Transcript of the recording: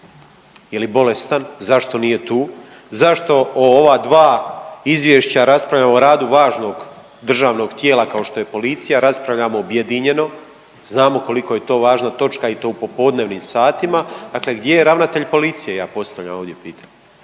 Je li bolestan, zašto nije tu? Zašto o ova dva izvješća raspravljamo o radu važnog državnog tijela kao što je policija raspravljamo objedinjeno? Znamo koliko je to važna točna i to u popodnevnim satima, dakle gdje je ravnatelj policije ja postavljam ovdje pitanje?